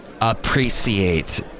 appreciate